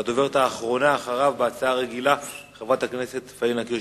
והדוברת האחרונה אחריו בהצעה הרגילה היא חברת הכנסת פאינה קירשנבאום.